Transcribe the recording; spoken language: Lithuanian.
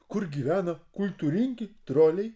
kur gyvena kultūringi troliai